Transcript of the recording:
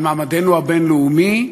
על מעמדנו הבין-לאומי,